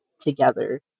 together